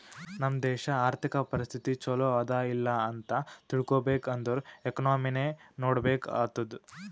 ನಮ್ ದೇಶಾ ಅರ್ಥಿಕ ಪರಿಸ್ಥಿತಿ ಛಲೋ ಅದಾ ಇಲ್ಲ ಅಂತ ತಿಳ್ಕೊಬೇಕ್ ಅಂದುರ್ ಎಕನಾಮಿನೆ ನೋಡ್ಬೇಕ್ ಆತ್ತುದ್